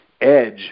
edge